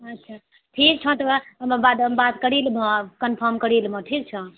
अच्छा ठीक छौं तऽ वैह बादोमे बात करि लेबहो आर कन्फर्म करि लेबहो ठीक छौं